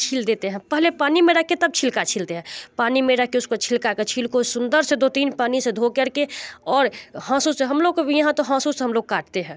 छील देते हैं पहले पानी में रख के तब छिलका छीलते हैं पानी में रख के उसके छिलका के छील को सुंदर से दो तीन पानी से धोकर के और हसू से हम लोग भी यहाँ तो हसू से हम लोग काटते हैं